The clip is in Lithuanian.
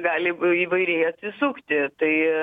gali įvairiai atsisukti tai